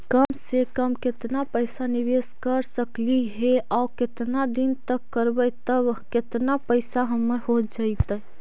कम से कम केतना पैसा निबेस कर सकली हे और केतना दिन तक करबै तब केतना पैसा हमर हो जइतै?